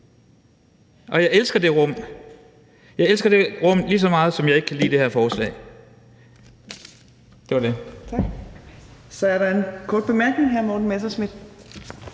og jeg elsker det rum. Jeg elsker det rum, lige så meget som jeg ikke kan lide det her forslag. Det var det. Kl. 22:52 Fjerde næstformand (Trine Torp): Så er der